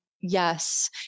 Yes